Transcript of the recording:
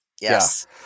Yes